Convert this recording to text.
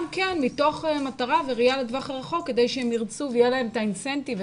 מתוך מטרה וראייה לטווח רחוק כדי שהם ירצו ויהיה להם את האינסנטיב,